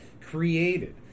Created